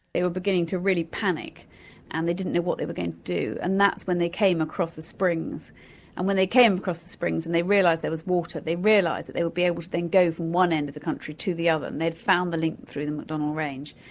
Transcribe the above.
they were beginning to really panic and they didn't know what they were going to do and that's when they came across the springs and when they came across the springs and they realised there was water, they realised that they would be able to then go from end of the country to the other and they'd found the link through the macdonnell range.